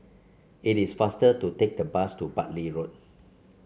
it is faster to take the bus to Bartley Road